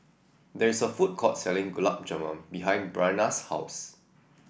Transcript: there is a food court selling Gulab Jamun behind Bryana's house